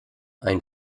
ein